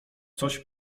coś